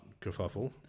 kerfuffle